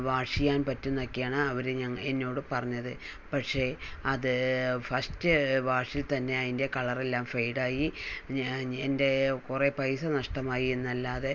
wash ചെയ്യാൻ പറ്റുമെന്നൊക്കെയാണ് അവര് എന്നോട് പറഞ്ഞത് പക്ഷേ അത് ഫസ്റ്റ് വാഷിൽ തന്നെ അതിൻ്റെ കളറെല്ലാം ഫെയിഡായി എന്റെ കുറേ പൈസ നഷ്ടമായി എന്നല്ലാതെ